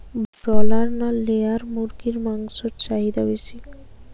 Broiler না layer মুরগির মাংসর চাহিদা বেশি?